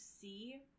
see